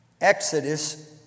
Exodus